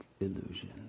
illusion